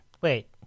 Wait